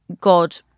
God